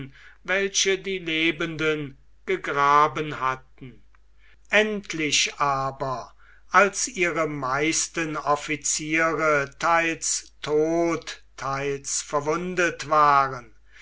welche die lebenden gegraben hatten endlich aber als ihre meisten officiere theils todt theils verwundet waren